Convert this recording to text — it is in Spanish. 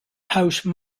house